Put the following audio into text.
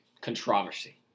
Controversy